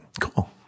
cool